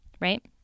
right